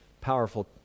powerful